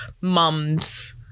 mums